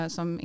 Som